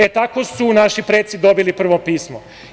E, tako su naši preci dobili prvo pismo.